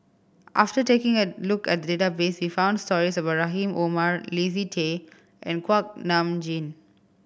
after taking a look at the database we found stories about Rahim Omar Leslie Tay and Kuak Nam Jin